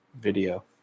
video